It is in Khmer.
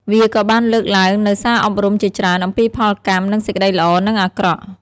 វាក៏បានលើកឡើងនូវសារអប់រំជាច្រើនអំពីផលកម្មនិងសេចក្តីល្អនិងអាក្រក់។